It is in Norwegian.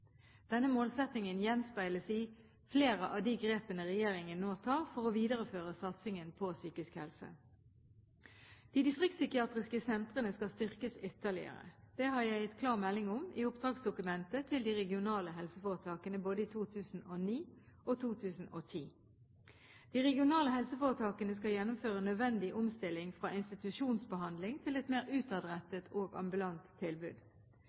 Denne målsettingen gjenspeiles i flere av de grepene regjeringen nå tar for å videreføre satsingen på psykisk helse. De distriktspsykiatriske sentrene skal styrkes ytterligere. Det har jeg gitt klar melding om i oppdragsdokumentet til de regionale helseforetakene både i 2009 og i 2010. De regionale helseforetakene skal gjennomføre nødvendig omstilling fra institusjonsbehandling til et mer